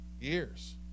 Years